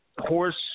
horse